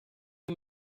two